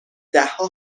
دهها